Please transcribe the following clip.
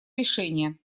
решения